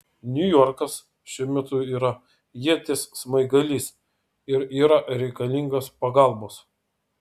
niujorkas šiuo metu yra ieties smaigalys ir yra reikalingas pagalbos